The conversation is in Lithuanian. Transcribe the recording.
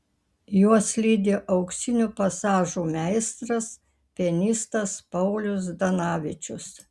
juos lydi auksinių pasažų meistras pianistas paulius zdanavičius